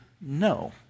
no